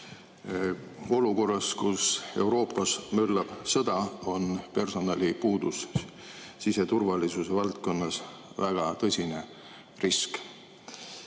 Olukorras, kus Euroopas möllab sõda, on personalipuudus siseturvalisuse valdkonnas väga tõsine risk.